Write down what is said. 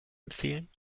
empfehlen